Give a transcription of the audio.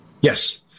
Yes